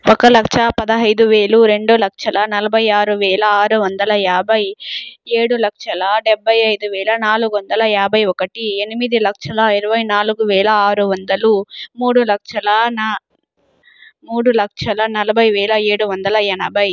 ఒక లక్ష పదహైదు వేలు రెండు లక్షల నలభై ఆరువేల ఆరు వందల యాభై ఏడు లక్షల డెబ్భై ఐదువేల నాలుగు వందల యాభై ఒకటి ఎనిమిది లక్షల ఇరవై నాలుగువేల ఆరువందలు మూడు లక్షల న మూడు లక్షల నలభై వేల ఏడువందల ఎనభై